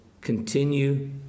continue